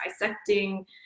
dissecting